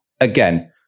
Again